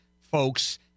folks